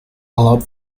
allowed